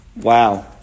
Wow